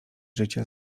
życia